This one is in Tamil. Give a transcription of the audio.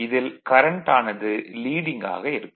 இதில் கரண்ட் ஆனது லீடிங் ஆக இருக்கும்